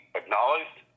acknowledged